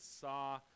saw